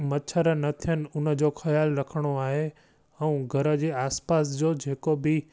मछर न थियनि हुनजो ख़्यालु रखिणो आहे ऐं घर जे आसिपासि जो जेको बि